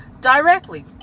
directly